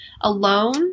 Alone